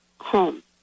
home